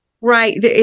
Right